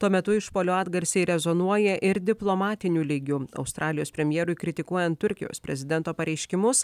tuo metu išpuolio atgarsiai rezonuoja ir diplomatiniu lygiu australijos premjerui kritikuojant turkijos prezidento pareiškimus